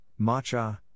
matcha